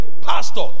Pastor